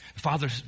Father